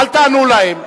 אל תענו להם.